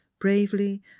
bravely